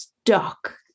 stuck